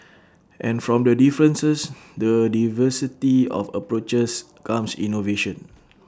and from the differences the diversity of approaches comes innovation